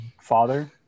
father